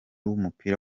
w’umupira